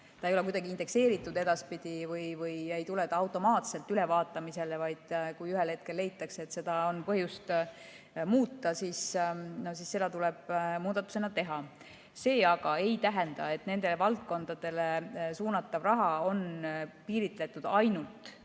edaspidi kuidagi indekseeritud või ei tule automaatselt ülevaatamisele, vaid kui ühel hetkel leitakse, et seda on põhjust muuta, siis seda tuleb muudatusena teha. See aga ei tähenda, et nendele valdkondadele suunatav raha on piiritletud ainult